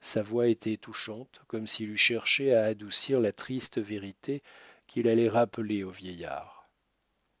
sa voix était touchante comme s'il eût cherché à adoucir la triste vérité qu'il allait rappeler au vieillard